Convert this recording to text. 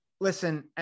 Listen